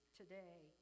today